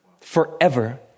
Forever